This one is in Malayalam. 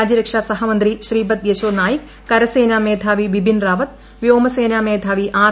രാജ്യരക്ഷാ സഹമന്ത്രി ശ്രീപദ് യെസോ നായിക് കരസേനാ മേധാവി ബിപിൻ റാവത്ത് വ്യോമസേനാ മേധാവി ആർ